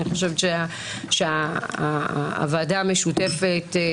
אני חושבת שהוועדה המשותפת,